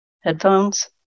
headphones